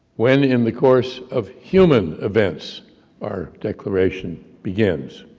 when in the course of human events are declaration begins,